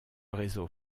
réseau